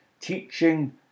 teaching